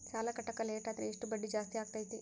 ಸಾಲ ಕಟ್ಟಾಕ ಲೇಟಾದರೆ ಎಷ್ಟು ಬಡ್ಡಿ ಜಾಸ್ತಿ ಆಗ್ತೈತಿ?